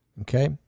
okay